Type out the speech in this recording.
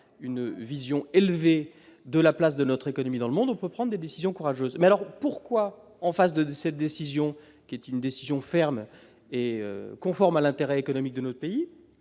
une vision élevé de la place de notre économie dans le monde, on peut prendre des décisions courageuses mais alors pourquoi en face de cette décision qui est une décision ferme et conforme à l'intérêt économique de notre pays,